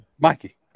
Mikey